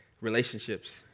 relationships